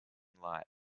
light